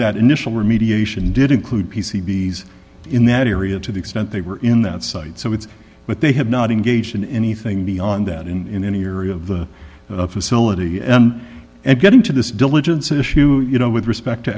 that initial remediation did include p c b in that area to the extent they were in that site so it's but they have not engaged in anything beyond that in any area of the facility and get into this diligence issue you know with respect to